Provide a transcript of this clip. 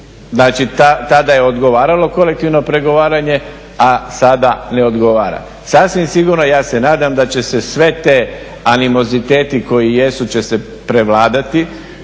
znači tada je odgovaralo kolektivno pregovaranje a sada ne odgovara. Sasvim sigurno ja se nadam da će se sve te animoziteti koji jesu će se prevladati